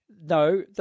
No